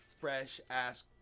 fresh-ass